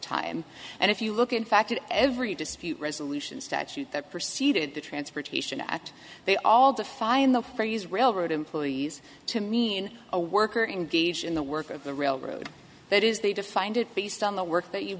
time and if you look in fact at every dispute resolution statute that proceed at the transportation act they all define the phrase railroad employees to mean a worker engaged in the work of the railroad that is they defined it based on the work that you